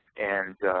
and